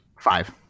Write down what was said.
Five